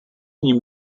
ním